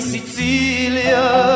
Sicilia